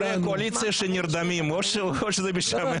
יש פה חברי קואליציה שנרדמים, או שזה משעמם או